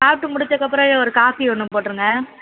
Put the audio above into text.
சாப்பிட்டு முடிச்சக்கப்புறம் ஏ ஒரு காஃபி ஒன்று போட்டுருங்க